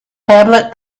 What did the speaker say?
tablet